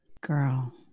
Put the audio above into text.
Girl